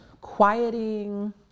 quieting